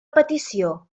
petició